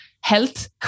health